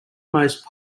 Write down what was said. most